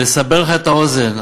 לסבר לך את האוזן,